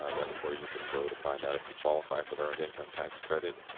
ah that's where you can go to find out if you qualify for the earned income tax credit.